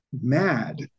mad